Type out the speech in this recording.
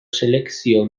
selekzio